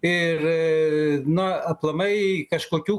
ir na aplamai kažkokių